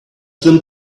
them